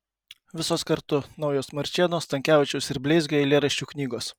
visos kartu naujos marčėno stankevičiaus ir bleizgio eilėraščių knygos